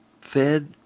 Fed